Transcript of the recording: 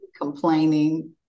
complaining